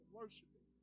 worshiping